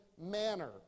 manner